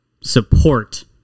support